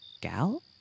Gal